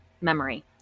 memory